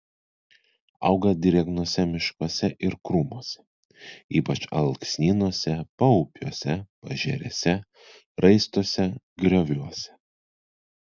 auga drėgnuose miškuose ir krūmuose ypač alksnynuose paupiuose paežerėse raistuose grioviuose